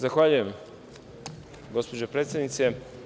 Zahvaljujem. gospođo predsednice.